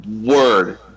word